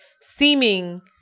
seeming